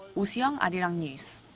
oh soo-young, arirang news.